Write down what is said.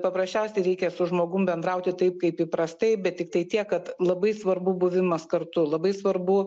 paprasčiausiai reikia su žmogum bendrauti taip kaip įprastai bet tiktai tiek kad labai svarbu buvimas kartu labai svarbu